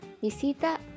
visita